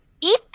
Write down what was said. eat